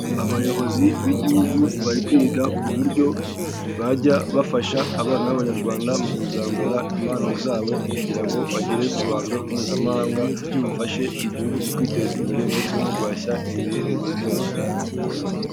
Abayobozi b'igihugu bari kwiga ku buryo bajya bafasha abana b'abanyarwanda mu kuzamura impano zabo kugira ngo bagere ku ruhando mpuzamahanga, bafashe igihugu mu kwiteza imbere ndetse no guhashya imirire mibi.